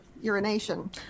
urination